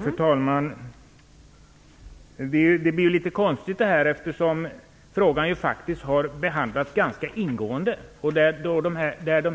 Fru talman! Detta blir ju litet konstigt. Frågan har faktiskt behandlats ganska ingående. De